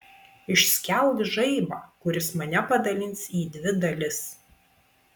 išskelk žaibą kuris mane padalins į dvi dalis